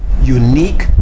unique